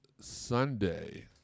Sunday